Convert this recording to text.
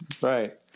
right